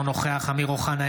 אינו נוכח אמיר אוחנה,